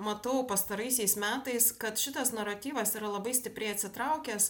matau pastaraisiais metais kad šitas naratyvas yra labai stipriai atsitraukęs